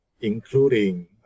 including